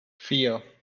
vier